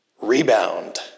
rebound